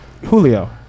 Julio